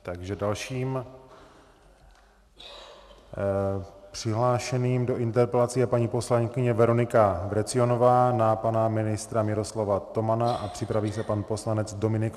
Takže dalším přihlášeným do interpelací je paní poslankyně Veronika Vrecionová na pana ministra Miroslava Tomana a připraví se pan poslanec Dominik Feri.